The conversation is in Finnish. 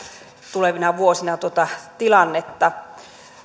tulevina vuosina tuota tilannetta